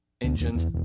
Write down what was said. engines